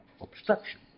obstruction